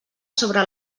sobre